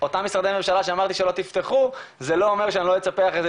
אותם משרדי ממשלה שאמרתי שלא תפתחו זה לא אומר שאני לא אצפה אחרי